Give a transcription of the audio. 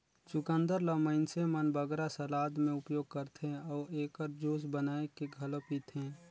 चुकंदर ल मइनसे मन बगरा सलाद में उपयोग करथे अउ एकर जूस बनाए के घलो पीथें